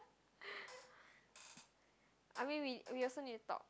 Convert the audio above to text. I mean we we also need to talk